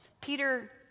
Peter